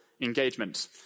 engagement